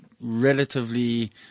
Relatively